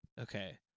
Okay